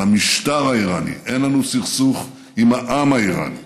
של המשטר האיראני, אין לנו סכסוך עם העם האיראני,